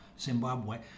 Zimbabwe